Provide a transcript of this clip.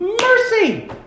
mercy